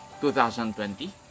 2020